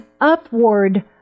upward